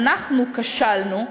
אנחנו כשלנו,